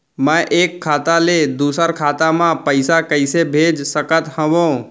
मैं एक खाता ले दूसर खाता मा पइसा कइसे भेज सकत हओं?